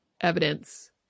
evidence